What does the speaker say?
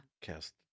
Cast